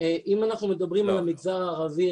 אם אנחנו מדברים על המגזר הערבי,